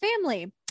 family